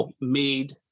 made